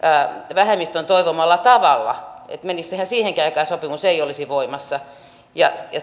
vähemmistön toivomalla tavalla menisihän siihenkin aikaa ja sopimus ei olisi voimassa ja